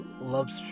love's